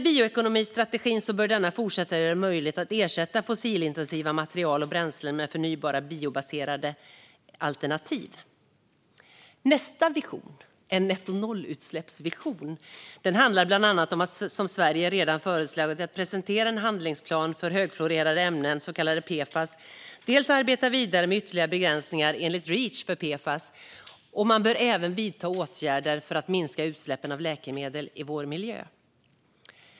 Bioekonomistrategin bör fortsätta att göra det möjligt att ersätta fossilintensiva material och bränslen med förnybara, biobaserade alternativ. Nästa vision, en nettonollutsläppsvision, handlar dels om att, som Sverige redan föreslagit, presentera en handlingsplan för högfluorerade ämnen, så kallade PFAS, dels arbeta vidare med ytterligare begränsningar enligt Reach för PFAS. Man bör även vidta åtgärder för att minska utsläppen av läkemedel i vår miljö.